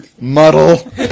Muddle